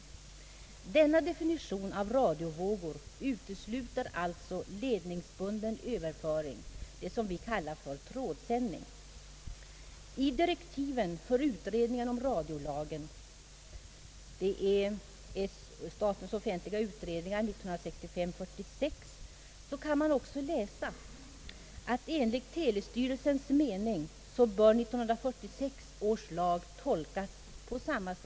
Denna definition av radiovågor utesluter alltså ledningsbunden överföring, dvs. det som vi kallar för trådsändning. I direktiven för utredningen om radiolagen kan man också läsa att enligt telestyrelsens mening bör 1946 års lag tolkas på samma sätt.